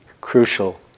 crucial